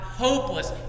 hopeless